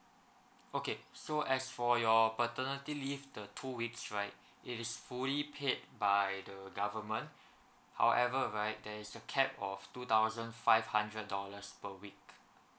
okay so as for your paternity leave the two weeks right it is fully paid by the the government however right there is a cap of two thousand five hundred dollars per week